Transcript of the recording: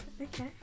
Okay